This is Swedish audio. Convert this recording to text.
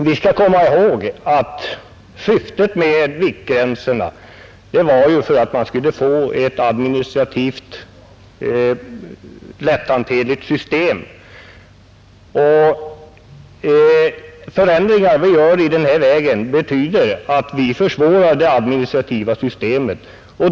Vi skall komma ihåg att syftet med viktgränserna var att man skulle få ett administrativt lätthanterligt system. De förändringar vi gör i detta avseende betyder att vi försvårar det administrativa systemet.